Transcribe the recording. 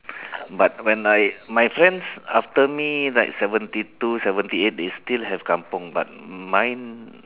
but when I my friends after me like seventy two seventy eight they still have kampung but mine